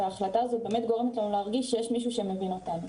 וההחלטה הזאת באמת גורמת לנו להרגיש שיש מישהו שמבין אותנו.